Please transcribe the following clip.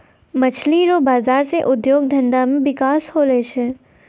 मछली रो बाजार से उद्योग धंधा मे बिकास होलो छै